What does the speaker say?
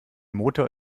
motor